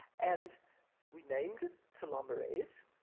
and we named it telomerase.